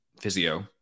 physio